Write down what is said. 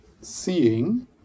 seeing